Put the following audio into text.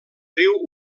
riu